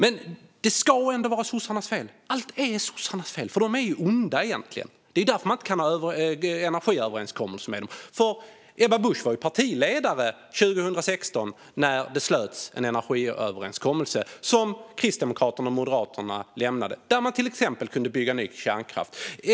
Allt ska ändå vara sossarnas fel, för de är ju egentligen onda. Det är därför man kan inte kan ha en energiöverenskommelse med dem. Ebba Busch var partiledare 2016 när det slöts en energiöverenskommelse, som Kristdemokraterna och Moderaterna lämnade och som till exempel innebar att ny kärnkraft kunde byggas.